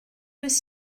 was